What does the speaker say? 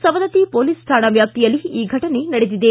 Savadatti police ಠಾಣಾ ವ್ಯಾಪ್ತಿಯಲ್ಲಿ ಈ ಘಟನೆ ನಡೆದಿದೆ